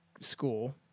school